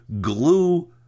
glue